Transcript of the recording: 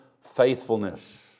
faithfulness